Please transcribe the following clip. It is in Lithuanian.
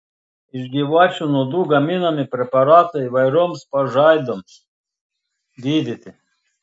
iš gyvačių nuodų gaminami preparatai įvairioms pažaidoms gydyti